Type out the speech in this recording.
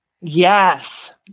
Yes